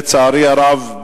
לצערי הרב,